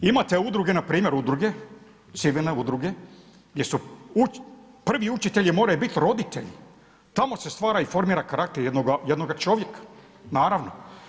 Imate udruge, npr. udruge, civilne udruge, gdje su prvi učitelji moraju bit roditelji, tamo se stvara i formira karakter jednoga čovjeka, naravno.